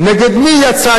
היא אומרת את דבריה,